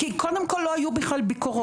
כי קודם כל לא היו בכלל ביקורות,